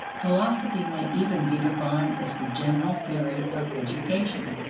philosophy may even be defined as the general theory of education.